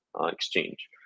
exchange